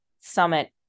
summit